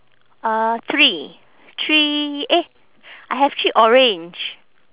uh three three eh I have three orange